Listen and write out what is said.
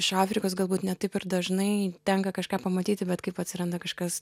iš afrikos galbūt ne taip ir dažnai tenka kažką pamatyti bet kaip atsiranda kažkas